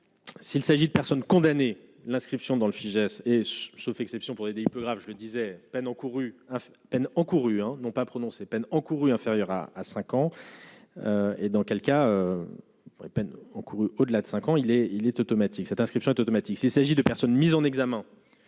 s'il s'agit de personnes condamnées l'inscription dans le Fijais et sauf exception pour les délits peu graves, je le disais peine encourue peine encourue hein non pas prononcer peine encourue inférieure à, à 5 ans et dans quel cas les peines encourues au-delà de 5 ans, il est, il est automatique, cette inscription est automatique, s'il s'agit de personnes mises en examen